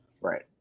Right